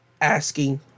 Asking